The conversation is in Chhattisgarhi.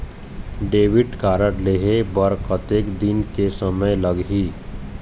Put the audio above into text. डेबिट कारड लेहे बर कतेक दिन के समय लगही?